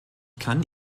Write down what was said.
kann